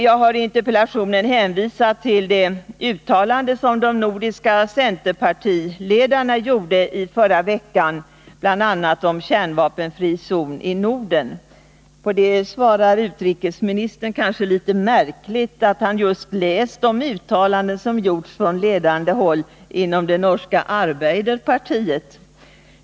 Jag har i interpellationen hänvisat till det uttalande som de nordiska centerpartiledarna gjorde i förra veckan, bl.a. om en kärnvapenfri zon i Norden. På det svarar utrikesministern kanske litet märkligt att han just läst de uttalanden som gjorts från ledande håll inom det norska arbeiderpartiet.